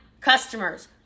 customers